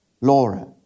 Laura